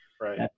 Right